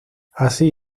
así